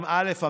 באל"ף,